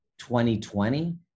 2020